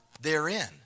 therein